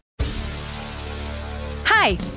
Hi